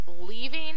leaving